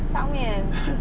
上面